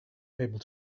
able